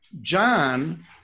John